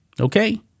okay